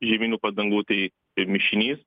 žieminių padangų tai ir mišinys